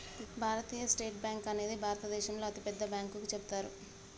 భారతీయ state bank అనేది భారతదేశంలోనే అతిపెద్ద బ్యాంకుగా చెబుతారు